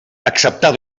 acceptar